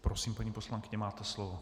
Prosím, paní poslankyně, máte slovo.